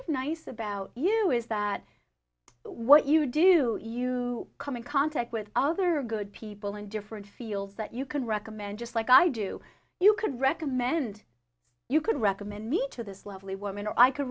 of nice about you is that what you do you come in contact with other good people in different fields that you can recommend just like i do you could recommend you could recommend me to this lovely woman or i c